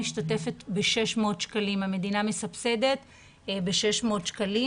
והמדינה משתתפת/מסבסדת ב-600 שקלים.